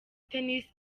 tennis